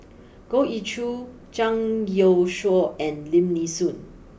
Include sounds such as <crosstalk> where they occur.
<noise> Goh Ee Choo Zhang Youshuo and Lim Nee Soon